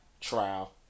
trial